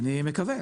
כן, אני מקווה.